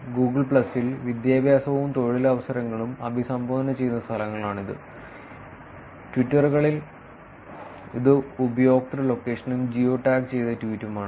Google പ്ലസിൽ വിദ്യാഭ്യാസവും തൊഴിലവസരങ്ങളും അഭിസംബോധന ചെയ്യുന്ന സ്ഥലങ്ങളാണ് ഇത് ട്വിറ്ററുകളിൽ ഇത് ഉപയോക്തൃ ലൊക്കേഷനും ജിയോ ടാഗ് ചെയ്ത ട്വീറ്റുമാണ്